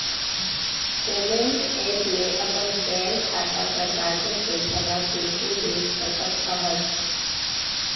payment app ले अपन bank खाता कर बांचल पइसा ल तुरते देख सकत अहस